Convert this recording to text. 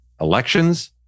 elections